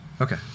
Okay